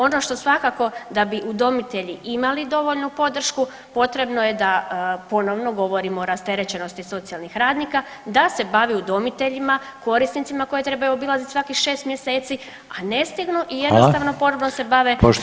Ono što svakako da bi udomitelji imali dovoljnu podršku potrebno je da ponovno govorimo o rasterećenosti socijalnih radnika, da se bavi udomiteljima, korisnicima koje trebaju obilaziti svakih šest mjeseci, a ne stignu i jednostavno ponovno se bave administracijom.